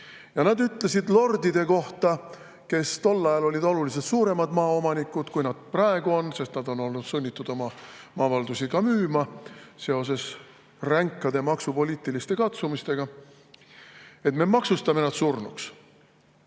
Nad ütlesid lordide kohta, kes tol ajal olid oluliselt suuremad maaomanikud, kui nad praegu on, sest nad on olnud sunnitud oma maavaldusi ka müüma seoses ränkade maksupoliitiliste katsumustega, et me maksustame nad surnuks. Ma